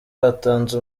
batanze